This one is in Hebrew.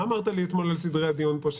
מה אמרת לי אתמול על סדרי הדיון פה?